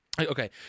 Okay